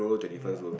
ya